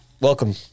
Welcome